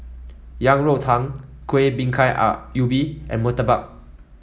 Yang Rou Tang Kuih Bingka Ubi and murtabak